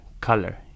color